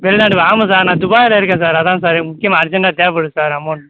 வெளிநாடில் ஆமாம் சார் நான் துபாயில இருக்கேன் சார் அதான் சார் இது முக்கியமாக அர்ஜண்ட்டாக தேவைப்படுது சார் அமௌன்ட்